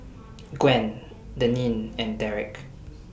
Gwen Deneen and Derick